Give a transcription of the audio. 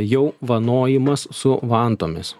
jau vanojimas su vantomis